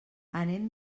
anem